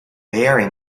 very